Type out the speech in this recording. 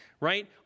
right